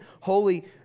holy